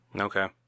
Okay